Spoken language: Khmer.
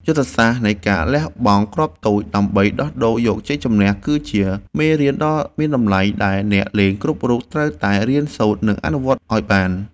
យុទ្ធសាស្ត្រនៃការលះបង់គ្រាប់តូច ដើម្បីដោះដូរយកជ័យជម្នះធំគឺជាមេរៀនដ៏មានតម្លៃដែលអ្នកលេងគ្រប់រូបត្រូវតែរៀនសូត្រនិងអនុវត្តឱ្យបាន។